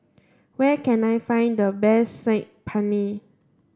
where can I find the best Saag Paneer